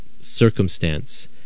circumstance